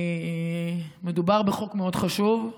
מדובר בחוק מאוד חשוב,